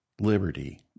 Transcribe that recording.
liberty